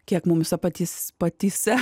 kiek mumyse patys patyse